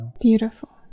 Beautiful